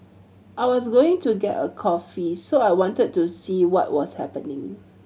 I was going to get a coffee so I wanted to see what was happening